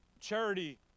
charity